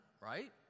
right